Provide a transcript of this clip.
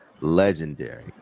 legendary